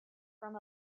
from